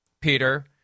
Peter